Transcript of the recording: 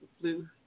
blue